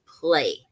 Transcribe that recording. play